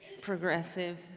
progressive